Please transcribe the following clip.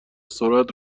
سرعت